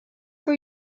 for